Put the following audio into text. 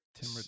tim